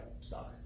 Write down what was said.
stock